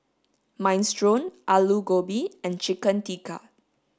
minestrone alu gobi and chicken tikka